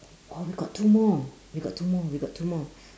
oh we got two more we got two more we got two more